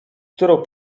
którą